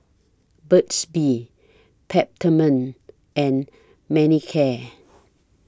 Burt's Bee Peptamen and Manicare